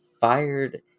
fired